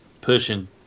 pushing